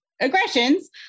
aggressions